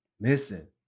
Listen